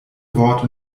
wort